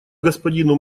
господину